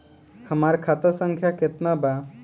हमार खाता संख्या केतना बा?